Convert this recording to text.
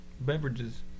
beverages